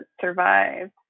survived